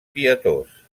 pietós